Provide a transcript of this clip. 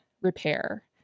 repair